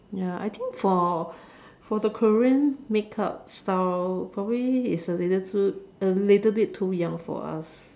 ya I think for for the Korean makeup style probably it's a little too a little bit too young for us